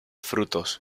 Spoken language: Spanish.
frutos